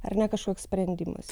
ar ne kažkoks sprendimas